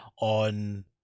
on